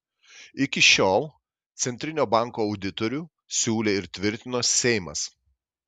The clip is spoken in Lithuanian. iki šiol centrinio banko auditorių siūlė ir tvirtino seimas